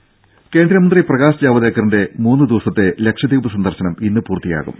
ടെട കേന്ദ്രമന്ത്രി പ്രകാശ് ജാവ്ദേക്കറിന്റെ മൂന്നു ദിവസത്തെ ലക്ഷദ്വീപ് സന്ദർശനം ഇന്ന് പൂർത്തിയാവും